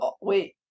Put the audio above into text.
Wait